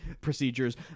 procedures